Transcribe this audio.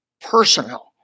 personal